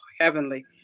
heavenly